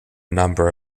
number